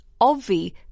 Obvi